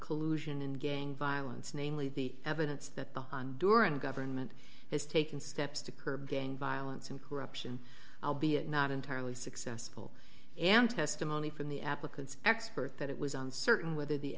collusion and gang violence namely the evidence that the honduran government has taken steps to curb gang violence and corruption not entirely successful and testimony from the applicant's expert that it was uncertain whether the